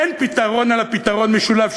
אין פתרון משולב,